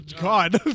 God